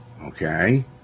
Okay